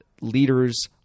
leaders